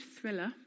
thriller